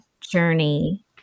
journey